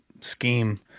scheme